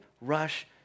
rush